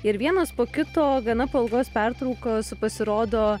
ir vienas po kito gana po ilgos pertraukos pasirodo